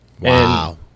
Wow